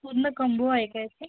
पूर्ण कंबो आहे काय ते